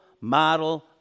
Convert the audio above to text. model